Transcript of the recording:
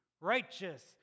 righteous